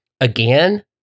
Again